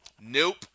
Nope